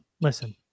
Listen